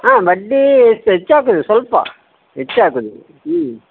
ಹಾಂ ಬಡ್ಡಿ ಹೆಚ್ಚಾಗೋದು ಸ್ವಲ್ಪ ಹೆಚ್ಚಾಗೋದು ಹ್ಞೂ